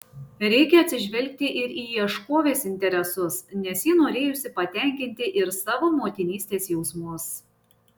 reikią atsižvelgti ir į ieškovės interesus nes ji norėjusi patenkinti ir savo motinystės jausmus